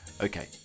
Okay